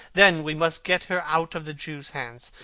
then we must get her out of the jew's hands.